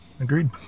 Agreed